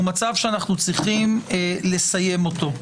הוא מצב שאנו צריכים לסיים אותו.